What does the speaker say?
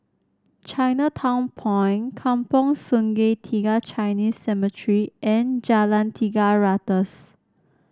Chinatown Point Kampong Sungai Tiga Chinese Cemetery and Jalan Tiga Ratus